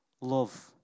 love